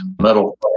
metal